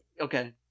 okay